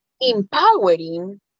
empowering